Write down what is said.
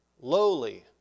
lowly